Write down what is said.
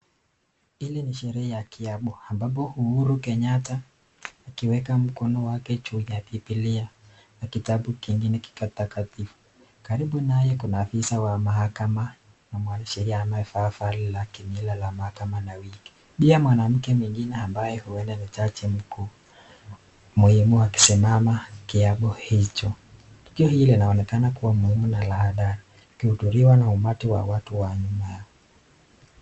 Hili ni sherehe ya kiapo ambapo Uhuru Kenyatta akiweka mkono wake juu ya Bibilia na kitabu kingine kitakatifu. Karibu naye kuna afisa wa mahakama na mwanasheria amevaa vazi la kimila la mahakama na wig . Pia mwanamke mwingine ambaye huenda ni jaji mkuu muhimu akisimama kiapo hicho. Tukio hili linaonekana kuwa muhimu na la hadhara kikihudhuriwa na umati wa watu wa nyuma yake.